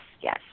yes